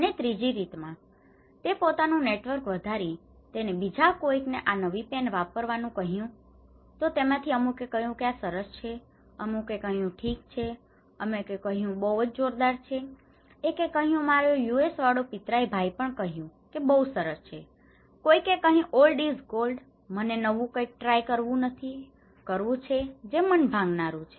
અને ત્રીજી રિતમાં તે પોતાનું નેટવર્ક વધારીને તેને બીજા કોઈકને આ નવી પેન વાપરવાનું કહ્યું તો તેમાંથી અમુકે કહ્યું કે આ સરસ છે અમુકે કહ્યું આ ઠીક છે અમુકે કહ્યું આ બવ જ જોરદાર છે એક એ કહ્યું કે મારો USA વાળો પિતરાઇ ભાઈએ પણ કહ્યું કે તે બહું સરસ છે કોઈકે કહ્યું ઓલ્ડ ઇસ ગોલ્ડ મને નવું કંઈ ટ્રાય try અજમાવવું નથી કરવું જે મન ભંગનારું છે